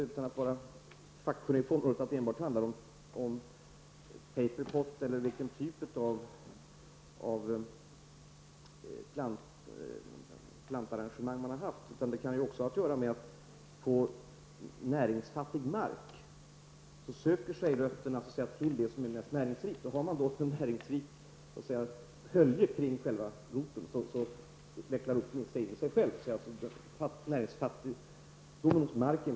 Utan att vara fackkunnig tror jag att det inte bara handlar om paperpot eller vilken typ av planta som har använts. Det kan också ha att göra med att i näringsfattig mark söker sig rötterna till det som är mest näringsrikt. Har man då ett näringsrikt hölje kring själva roten, vecklar roten in sig i sig själv. Marken kan ha betydelse.